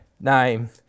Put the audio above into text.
name